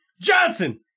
Johnson